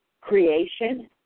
creation